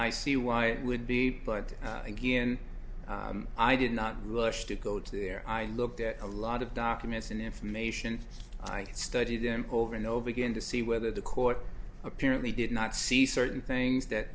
i see why it would be but again i did not rush to go to there i looked at a lot of documents and information i study them over and over again to see whether the court apparently did not see certain things that